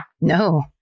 No